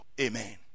amen